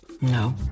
No